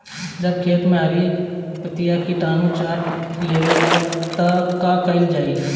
जब खेत मे हरी पतीया किटानु चाट लेवेला तऽ का कईल जाई?